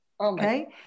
Okay